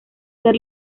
ser